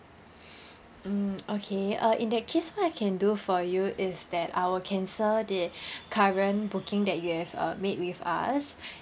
mm okay uh in that case what I can do for you is that I will cancel the current booking that you have uh made with us